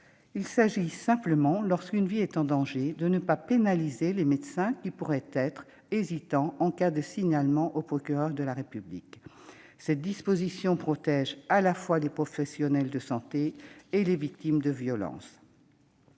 Il s'agit simplement, lorsqu'une vie est en danger, de ne pas pénaliser les médecins qui pourraient être hésitants en cas de signalement au procureur de la République. Cette disposition protège à la fois les professionnels de santé et les victimes de violences.